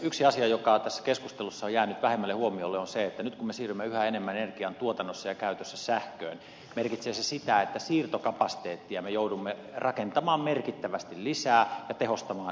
yksi asia joka tässä keskustelussa on jäänyt vähemmälle huomiolle on se että nyt kun me siirrymme yhä enemmän energian tuotannossa ja käytössä sähköön merkitsee se sitä että siirtokapasiteettia me joudumme rakentamaan merkittävästi lisää ja tehostamaan entisiä